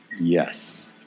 Yes